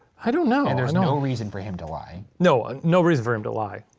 i don't know. and there's no reason for him to lie. no, ah no reason for him to lie.